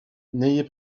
n’ayez